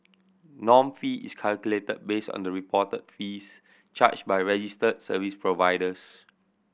norm fee is calculated based on the reported fees charged by registered service providers